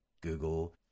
Google